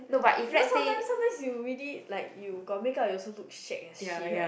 you know sometimes sometimes you really like you got makeup also look shag as shit right